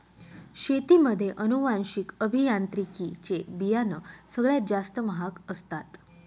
शेतीमध्ये अनुवांशिक अभियांत्रिकी चे बियाणं सगळ्यात जास्त महाग असतात